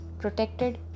Protected